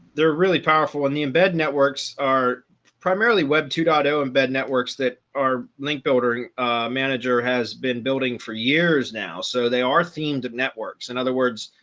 they're really powerful in the embed networks are primarily web to to auto embed networks that are link building manager has been building for years now. so they are themed networks. in other words,